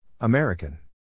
American